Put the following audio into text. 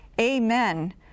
amen